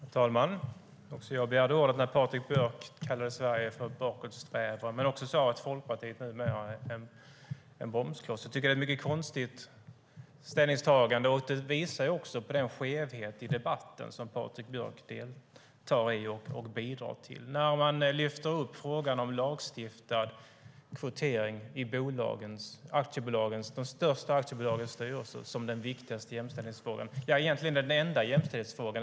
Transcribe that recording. Herr talman! Jag begärde ordet när Patrik Björck sade att Sverige är ett bakåtsträvande land och att Folkpartiet numera är en bromskloss. Det är ett mycket konstigt ställningstagande som också visar på den skevhet i debatten som Patrik Björck bidrar till. Man lyfter fram frågan om lagstiftad kvotering i de största aktiebolagens styrelser som den viktigaste jämställdhetsfrågan, egentligen den enda jämställdhetsfrågan.